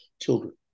children